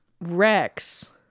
Rex